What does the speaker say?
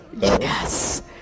Yes